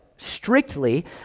strictly